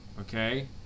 Okay